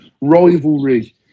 rivalry